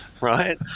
right